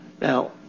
Now